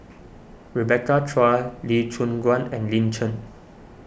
Rebecca Chua Lee Choon Guan and Lin Chen